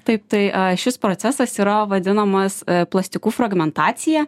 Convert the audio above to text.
taip tai šis procesas yra vadinamas plastikų fragmentacija